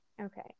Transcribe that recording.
okay